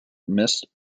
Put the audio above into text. missed